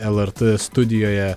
lrt studijoje